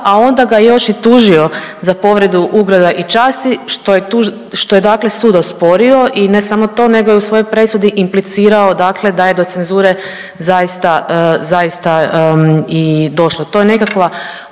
a onda ga još i tužio za povredu ugleda i časti, što je dakle sud osporio i ne samo to nego je u svojoj presudi implicirao dakle da je do cenzure zaista i došlo.